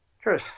True